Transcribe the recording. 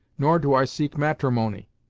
nor do i seek matrimony.